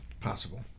Possible